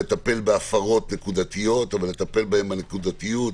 לטפל בהפרות נקודתיות אבל לטפל בהן נקודתית.